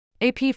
AP